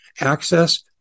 access